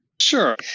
Sure